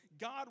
God